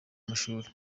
amashuri